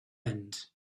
end